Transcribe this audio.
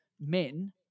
men